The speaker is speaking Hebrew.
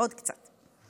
עוד קצת.